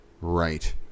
Right